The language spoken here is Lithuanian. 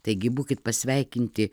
taigi būkit pasveikinti